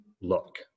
look